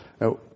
Now